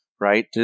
right